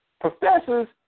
professors